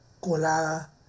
colada